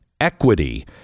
equity